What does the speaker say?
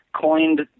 coined